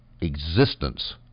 existence